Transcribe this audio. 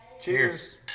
Cheers